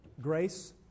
grace